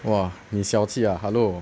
!wah! 你小气 ah hello